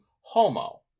homo